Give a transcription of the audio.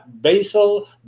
basal